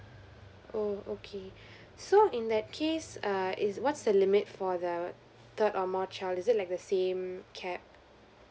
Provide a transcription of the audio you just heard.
oh okay so in that case err is what's the limit for the third or more child is it like the same cap